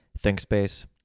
ThinkSpace